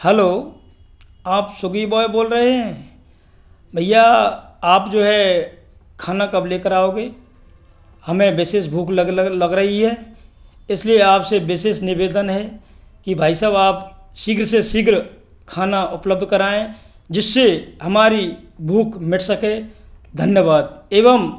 hello आप Swiggy boy बोल रहे हैं भईया आप जो है खाना कब लेकर आओगे हमें विशेष भूख लग रही है इसलिए आपसे विशेष निवेदन है कि भाई साहब आप शीघ्र से शीघ्र खाना उपलब्ध कराएँ जिससे हमारी भूख मिट सके धन्यवाद एवं